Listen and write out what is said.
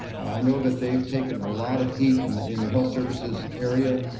i know that they've taken a lot of heat and in the health services area.